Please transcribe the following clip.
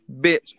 bitch